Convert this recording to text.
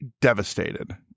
devastated